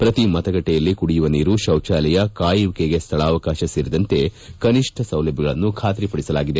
ಪ್ರತಿ ಮತಗಟ್ಟೆಯಲ್ಲಿ ಕುಡಿಯುವ ನೀರು ಶೌಚಾಲಯ ಕಾಯುವಿಕೆಗೆ ಸ್ವಳಾವಕಾಶ ಸೇರಿದಂತೆ ಕನಿಷ್ಣ ಸೌಲಭ್ಯಗಳನ್ನು ಖಾತರಿಪಡಿಸಲಾಗಿದೆ